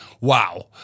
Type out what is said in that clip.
wow